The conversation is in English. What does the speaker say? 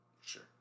Sure